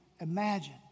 Imagine